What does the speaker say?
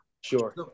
Sure